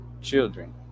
children